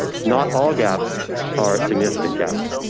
not all gaps are significant gaps.